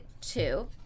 two